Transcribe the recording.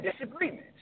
disagreements